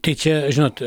tai čia žinot